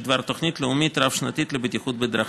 בדבר תוכנית לאומית רב-שנתית לבטיחות בדרכים.